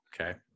Okay